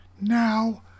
Now